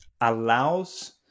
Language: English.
allows